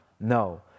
No